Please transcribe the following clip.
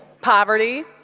poverty